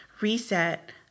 reset